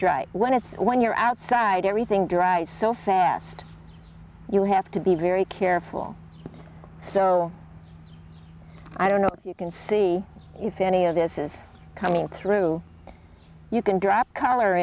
dry when it's when you're outside everything dries so fast you have to be very careful so i don't know if you can see you feel any of this is coming through you can drop color